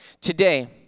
Today